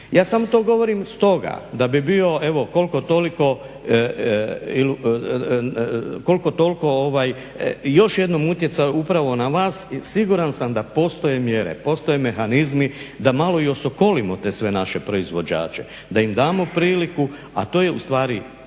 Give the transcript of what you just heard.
Ja samo to govorim stoga da bi bio koliko toliko još jednom utjecao upravo na vas. Siguran sam da postoje mjere, postoje mehanizmi da malo i osokolimo te sve naše proizvođače, da im damo priliku, a to je ustvari prilika